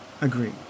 agree